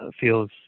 feels